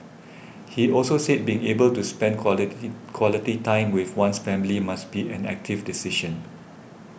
he also said being able to spend quality time with one's family must be an active decision